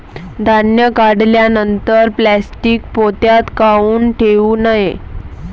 धान्य काढल्यानंतर प्लॅस्टीक पोत्यात काऊन ठेवू नये?